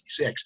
1966